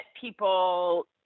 people